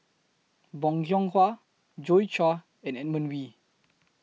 Bong Hiong Hwa Joi Chua and Edmund Wee